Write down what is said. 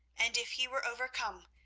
and if he were overcome,